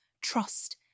trust